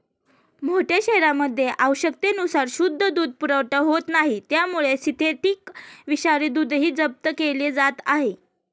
मोठ्या शहरांमध्ये आवश्यकतेनुसार शुद्ध दूध पुरवठा होत नाही त्यामुळे सिंथेटिक विषारी दूधही जप्त केले जात आहे